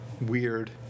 weird